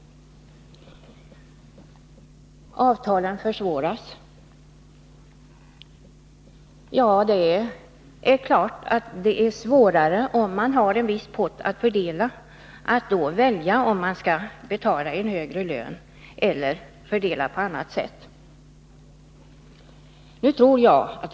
Det framhålls i reservationen att avtalen försvåras av förslaget om ett uttalande. Ja, när man har en viss pott att fördela är det självfallet svårare att ställas inför valet om man skall betala en högre lön, eller skall fördela potten på annat sätt, än att inte behöva göra detta val.